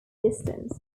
distance